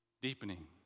Deepening